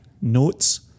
notes